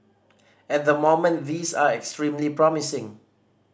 at the moment these are extremely promising